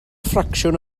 ffracsiwn